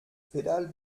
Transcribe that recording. pedal